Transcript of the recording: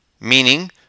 meaning